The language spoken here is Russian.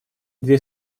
две